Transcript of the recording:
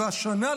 והשנה,